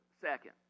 second